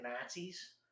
Nazis